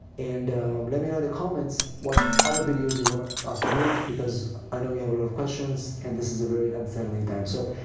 and let me know in the comments what other videos you want us to make because i know you have a lot of questions and this is a very unsettling time. so,